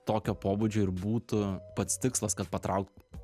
tokio pobūdžio ir būtų pats tikslas kad patraukt